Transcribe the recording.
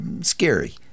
scary